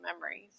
memories